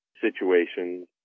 situations